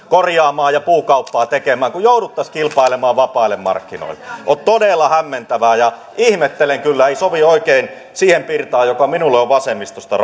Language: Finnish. korjaamaan ja puukauppaa tekemään kun jouduttaisiin kilpailemaan vapailla markkinoilla tämä on todella hämmentävää ja ihmettelen kyllä ei sovi oikein siihen pirtaan joka minulle on vasemmistosta